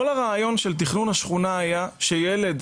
כל הרעיון של תכנון השכונה היה שילד,